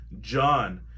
John